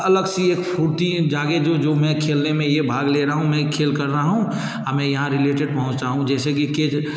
अलग सी एक फ़ुर्ती जागे जो जो मैं खेलने में ये भाग ले रहा हूँ मैं खेल कर रहा हूँ औ मैं यहाँ रिलेटेड पहुँच रहा हूँ जैसे ही क्रिकेट